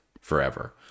forever